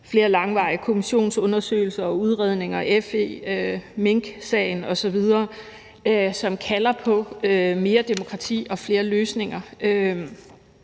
flere langvarige kommissionsundersøgelser, udredninger af FE, minksagen osv., hvilket kalder på mere demokrati og flere løsninger.